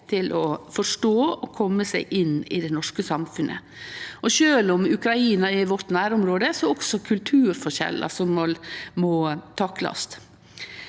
til å forstå og kome seg inn i det norske samfunnet. Sjølv om Ukraina er vårt nærområde, er det også kulturforskjellar som må taklast.